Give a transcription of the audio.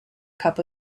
cup